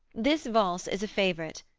this valse is a favorite,